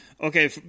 okay